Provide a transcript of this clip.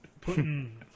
Putting